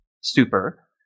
Super